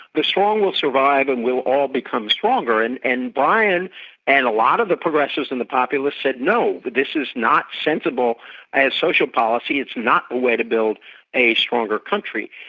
the strong will survive and we'll all become stronger. and and bryan and a lot of the progressives and the populists said, no, this is not sensible as social policy it's not the way to build a stronger country.